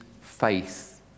faith